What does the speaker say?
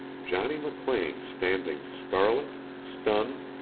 johnny mclean standing, scarlet, stunned,